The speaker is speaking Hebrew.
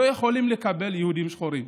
לא תוכלו לקבל יהודים שחורים.